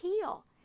heal